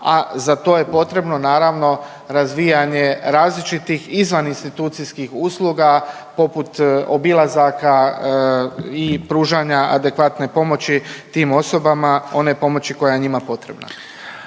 a za to je potrebno naravno razvijanje različitih izvaninstitucijskih usluga poput obilazaka i pružanja adekvatne pomoći tim osobama. One pomoći koja je njima potrebna.